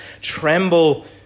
tremble